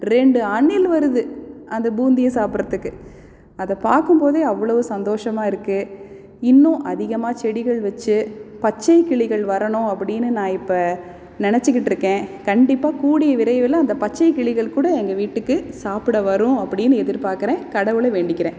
ரெண்டு அணில் வருது அந்த பூந்தியை சாப்பிட்றதுக்கு அதை பார்க்கும் போதே அவ்வளோ சந்தோஷமாக இருக்கு இன்னும் அதிகமாக செடிகள் வச்சு பச்சைக்கிளிகள் வரணும் அப்படினு நான் இப்போ நெனைச்சிக்கிட்டு இருக்கேன் கண்டிப்பாக கூடிய விரைவில் அந்த பச்சைக்கிளிகள்கூட எங்கள் வீட்டுக்கு சாப்பிட வரும் அப்படீனு எதிர்பாக்கிறேன் கடவுளை வேண்டிக்கிறேன்